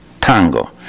tango